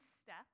Step